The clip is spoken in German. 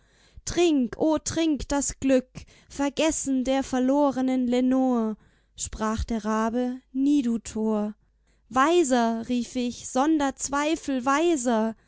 trink o trink das glück vergessen der verlorenen lenor sprach der rabe nie du tor weiser rief ich sonder zweifel weiser